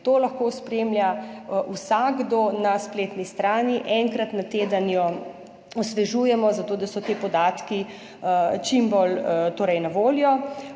To lahko spremlja vsakdo na spletni strani, enkrat na teden jo osvežujemo, zato da so ti podatki čim bolj na voljo.